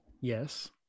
Yes